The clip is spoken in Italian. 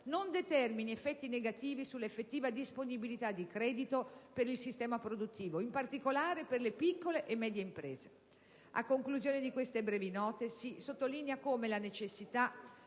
non determini effetti negativi sull'effettiva disponibilità di credito per il sistema produttivo, in particolare per le piccole e medie imprese. A conclusione di queste brevi note, sottolineo la necessità